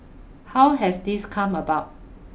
how has this come about